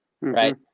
right